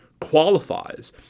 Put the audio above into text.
qualifies